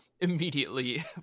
immediately